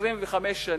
25 שנים,